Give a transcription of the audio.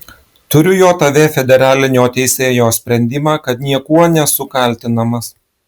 turiu jav federalinio teisėjo sprendimą kad niekuo nesu kaltinamas